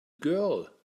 girl